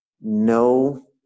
no